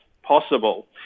possible